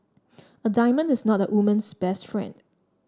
a diamond is not a woman's best friend